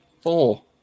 Four